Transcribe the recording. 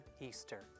Easter